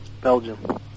Belgium